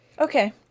Okay